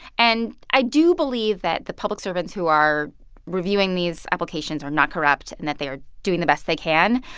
and i do believe that the public servants who are reviewing these applications are not corrupt and that they are doing the best they can.